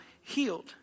healed